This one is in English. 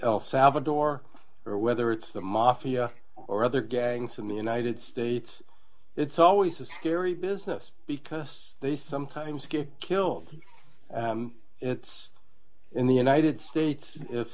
el salvador or whether it's the mafia or other gangs in the united states it's always a scary business because they sometimes get killed it's in the united states if